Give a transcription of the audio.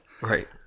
Right